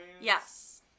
Yes